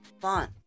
fun